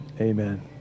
Amen